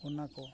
ᱚᱱᱟ ᱠᱚ